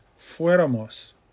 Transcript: Fuéramos